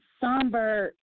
somber